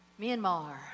Myanmar